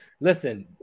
listen